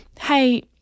Hey